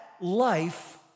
life